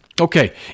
Okay